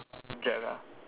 subject ah